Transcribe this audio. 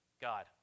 God